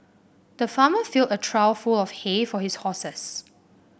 the farmer filled a trough full of hay for his horses